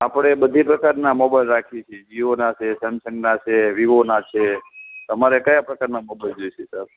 આપણે બધી પ્રકારના મોબાઈલ રાખીએ છીએ જીઓના છે સેમસંગના છે વિવોના છે તમારે કયા પ્રકારના મોબાઈલ જોઈએ છે સાહેબ